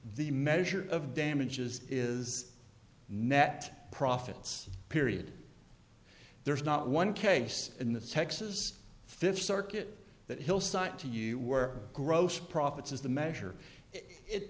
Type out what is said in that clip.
the measure of damages is net profits period there's not one case in the texas fifth circuit that he'll cite to you where gross profits is the measure it